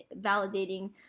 validating